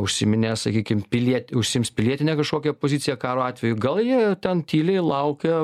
užsiiminės sakykim piliet užsiims pilietinę kažkokią poziciją karo atveju gal jie ten tyliai laukia